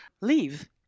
leave